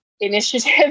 initiative